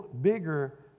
bigger